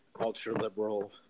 ultra-liberal